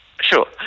Sure